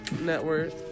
network